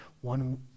one